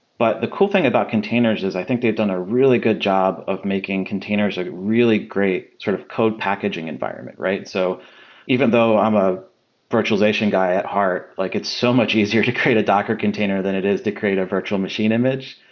but the cool thing about containers is i think they have done a really good job of making containers a really great sort of code packaging environment, right? so even though i'm a virtualization guy at heart, like it's so much easier to create a docker container than it is to create a virtual machine image.